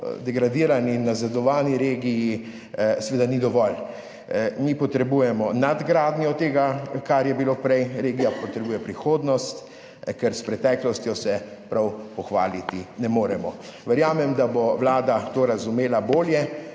degradirani in nazadovani regiji seveda ni dovolj. Mi potrebujemo nadgradnjo tega, kar je bilo prej, regija potrebuje prihodnost, ker s preteklostjo se ne moremo prav pohvaliti. Verjamem, da bo ta vlada to razumela bolje,